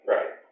Right